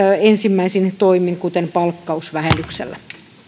ensimmäisin toimin kuten palkkausvähennyksellä